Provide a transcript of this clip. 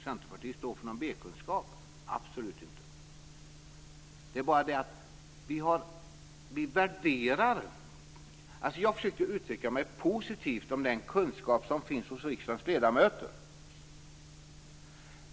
Centerpartiet, står för en B-kunskap, absolut inte. Jag försökte alltså uttrycka mig positivt om den kunskap som finns hos riksdagens ledamöter.